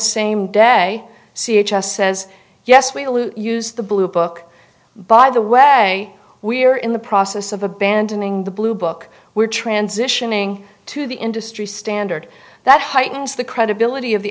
same day c h s says yes we dilute use the blue book by the way we're in the process of abandoning the blue book we're transitioning to the industry standard that heightens the credibility of the